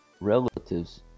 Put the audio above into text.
relatives